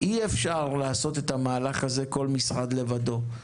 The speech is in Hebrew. אי-אפשר לעשות את המהלך הזה כשכל משרד לבדו.